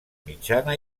mitjana